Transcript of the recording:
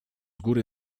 góry